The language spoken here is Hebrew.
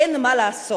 אין מה לעשות.